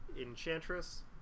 Enchantress